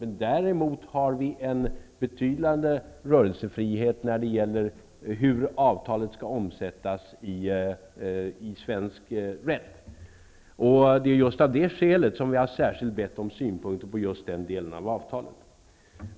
Men däremot har vi en betydande rörelsefrihet när det gäller hur avtalet skall omsättas i svensk rätt. Det är just av detta skäl som vi särskilt bett om synpunkter på just den delen av avtalet.